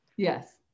Yes